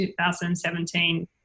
2017